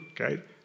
okay